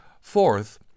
fourth